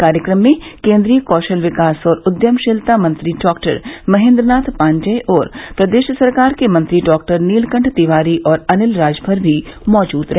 कार्यक्रम में केन्द्रीय कौशल विकास और उद्यमशीलता मंत्री डॉक्टर महेन्द्रनाथ पाण्डेय और प्रदेश सरकार के मंत्री डॉक्टर नीलकंठ तिवारी और अनिल राजभर भी मौजूद रहे